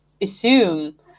assume